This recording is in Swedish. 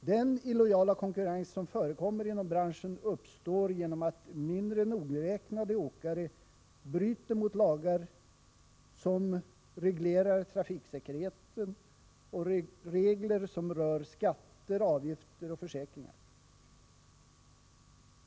Den illojala konkurrens som förekommer inom branschen uppstår genom att mindre nogräknade åkare bryter mot lagar som reglerar trafiksäkerheten och regler som rör skatter, avgifter och försäkringar.